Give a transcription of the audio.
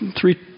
three